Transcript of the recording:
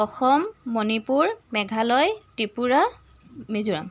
Assam Manipur Meghalaya Tripura Mizoram